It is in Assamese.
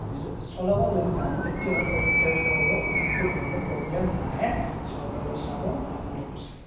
নিজ চলাব যদি জানে তেতিয়া হ'লে তেওঁ সকলৰ একোধৰণৰ প্ৰব্লেম নাহে চৰকাৰেও চাব আপোনালোকেও চাব